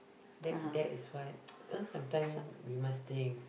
that that is why you know sometimes we must think